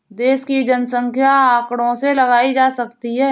देश की जनसंख्या आंकड़ों से लगाई जा सकती है